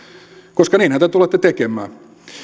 koska niinhän te tulette tekemään